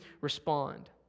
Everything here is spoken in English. respond